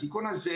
התיקון הזה,